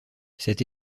cette